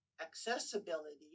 accessibility